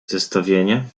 zestawienie